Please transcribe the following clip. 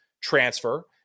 transfer